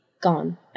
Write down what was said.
gone